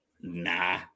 Nah